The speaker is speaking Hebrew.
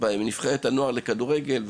עם נבחרת הנוער לכדורגל.